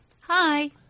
Hi